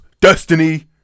destiny